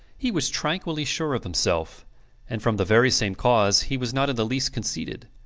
he was tranquilly sure of himself and from the very same cause he was not in the least conceited.